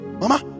mama